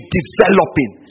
developing